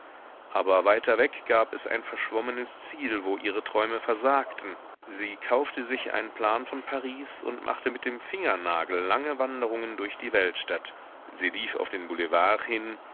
aber weiter weg gab es ein verschwommenes ziel wo ihre träume versagten sie kaufte sich einen plan von paris und machte mit dem fingernagel lange wanderungen durch die weltstadt sie lief auf den boulevards hin